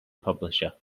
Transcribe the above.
publisher